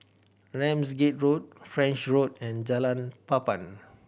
Ramsgate Road French Road and Jalan Papan